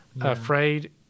afraid